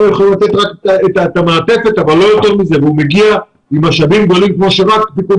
יכולים לתת רק את המעטפת אבל לא יותר מזה - עם משאבים כמו שרק פיקוד